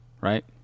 right